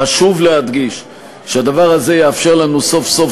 חשוב להדגיש שהדבר הזה יאפשר לנו סוף-סוף